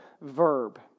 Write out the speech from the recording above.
verb